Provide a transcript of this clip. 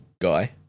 guy